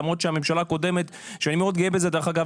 למרות שהממשלה הקודמת שאני מאוד גאה בזה דרך אגב,